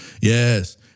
Yes